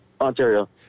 Ontario